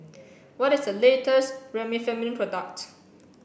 what is the latest Remifemin product